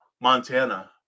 Montana